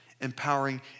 empowering